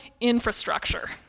infrastructure